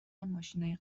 ماشینای